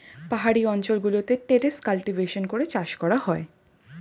পাহাড়ি অঞ্চল গুলোতে টেরেস কাল্টিভেশন করে চাষ করা হয়